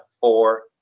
four